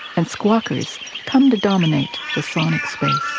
and squawkers come to dominate the sonic space.